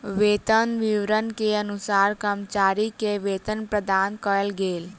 वेतन विवरण के अनुसार कर्मचारी के वेतन प्रदान कयल गेल